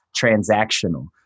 transactional